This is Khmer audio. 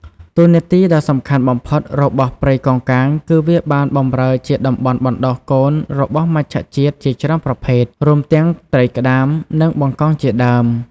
តួនាទីដ៏សំខាន់បំផុតរបស់ព្រៃកោងកាងគឺវាបានបម្រើជាតំបន់បណ្តុះកូនរបស់មច្ឆជាតិជាច្រើនប្រភេទ រួមទាំងត្រីក្តាម និងបង្កងជាដើម។